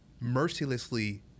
mercilessly